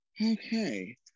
okay